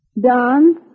Don